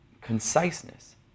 conciseness